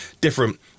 Different